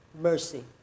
mercy